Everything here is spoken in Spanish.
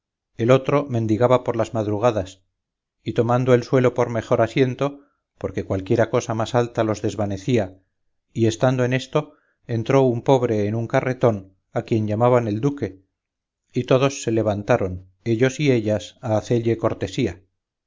el otro mendigaba por las madrugadas y tomando el suelo por mejor asiento porque cualquiera cosa más alta los desvanecía y estando en esto entró un pobre en un carretón a quien llamaban el duque y todos se levantaron ellos y ellas a hacelle cortesía